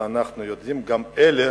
ואנחנו יודעים שגם אלה